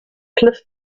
cliff